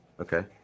Okay